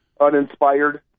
Uninspired